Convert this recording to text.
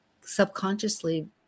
subconsciously